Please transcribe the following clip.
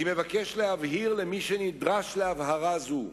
אני מבקש להבהיר למי שנדרש להבהרה זו: